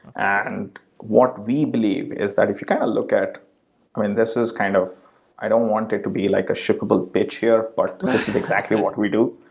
and what we believe is that if you kind of look at this is kind of i don't want it to be like a shippable bitch here, but this is exactly what we do.